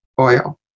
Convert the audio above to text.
oil